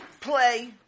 play